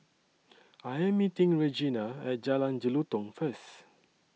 I Am meeting Regina At Jalan Jelutong First